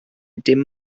dim